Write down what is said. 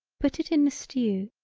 put it in the stew,